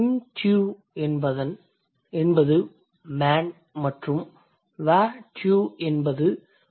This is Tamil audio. m tu என்பது 'man' மற்றும் wa tu என்பது 'men'